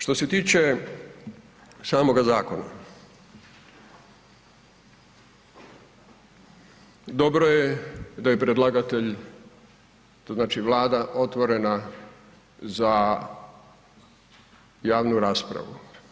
Što se tiče samoga zakona, dobro je da je predlagatelj, znači vlada otvorena za javnu raspravu.